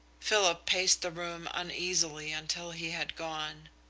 philip paced the room uneasily until he had gone.